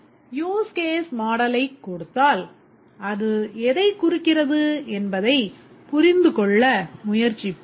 Use case model ஐக் கொடுத்தால் அது எதைக் குறிக்கிறது என்பதைப் புரிந்துகொள்ள முயற்சிப்போம்